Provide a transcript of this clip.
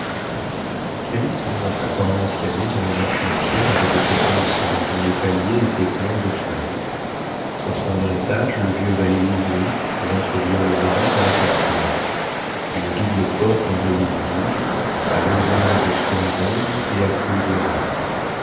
calyste monta par un escalier dont les marches en pierre avaient été poncées et dont les paliers étaient pleins de fleurs au premier étage le vieux valet ouvrit pour introduire le baron dans l'appartement une double porte en velours rouge à losanges de soie rouge et à clous dorés